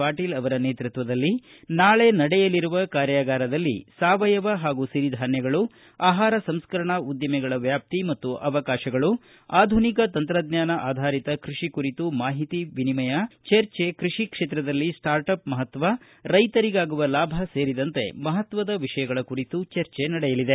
ಪಾಟೀಲ ಅವರ ನೇತೃತ್ವದಲ್ಲಿ ನಾಳೆ ನಡೆಯಲಿರುವ ಕಾರ್ಯಾಗಾರದಲ್ಲಿ ಸಾವಯವ ಹಾಗೂ ಸಿರಿಧಾನ್ಸಗಳು ಆಹಾರ ಸಂಸ್ಕರಣಾ ಉದ್ದಿಮೆಗಳ ವ್ಯಾಪ್ತಿ ಮತ್ತು ಅವಕಾಶಗಳು ಆಧುನಿಕ ತಂತ್ರಜ್ಞಾನ ಆಧಾರಿತ ಕೃಷಿ ಕುರಿತು ಮಾಹಿತಿ ವಿನಿಮಯ ಚರ್ಚೆ ಕೃಷಿ ಕ್ಷೇತ್ರದಲ್ಲಿ ಸ್ಪಾರ್ಟಪ್ ಮಹತ್ವ ರೈತರಿಗಾಗುವ ಲಾಭ ಸೇರಿದಂತೆ ಮಹತ್ವದ ವಿಷಯಗಳ ಕುರಿತು ಚರ್ಚೆ ನಡೆಯಲಿದೆ